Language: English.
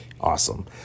Awesome